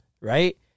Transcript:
right